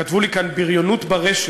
כתבו לי כאן "בריונות ברשת",